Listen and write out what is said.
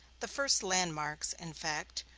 the first landmarks, in fact,